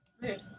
Rude